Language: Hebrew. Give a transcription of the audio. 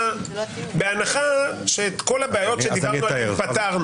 בהנחה שפתרנו את כל הבעיות עליהן דיברנו,